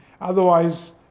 otherwise